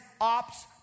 ops